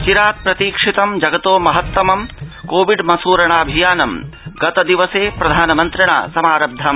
चिरात् प्रतीक्षितं जगतो महत्तमं कोविड् मसूरणाऽभियानं गतदिवसे प्रधानमन्त्रिणा समारब्धम्